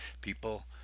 people